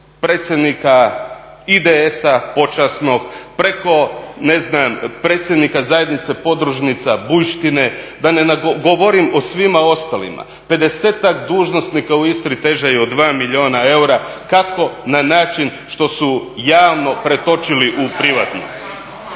predsjednika IDS-a, počasnog, preko predsjednika zajednice podružnica …, da ne govorim o svima ostalima. 50-ak dužnosnika u Istri teže je od 2 milijuna eura, kako? Na način što su javno pretočili u privatno.